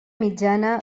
mitjana